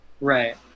right